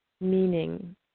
meaning